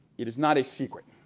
it is not a secret,